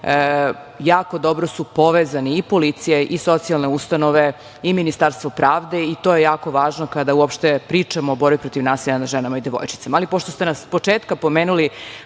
jako dobro su povezani i policija i socijalne ustanove i Ministarstvo pravde, i to je jako važno kada uopšte pričamo o borbi protiv nasilja nad ženama i devojčicama. Ali, pošto ste nas s početka opomenuli,